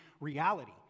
reality